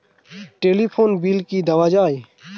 Telephone bill কি দেওয়া যায়?